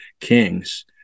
kings